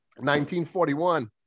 1941